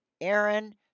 Aaron